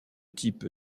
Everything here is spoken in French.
type